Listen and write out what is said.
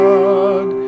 God